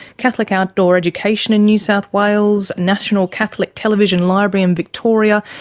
catholic outdoor education in new south wales, national catholic television library in victoria,